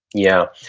yeah.